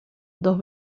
dos